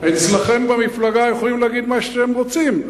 אצלכם במפלגה יכולים להגיד מה שאתם רוצים.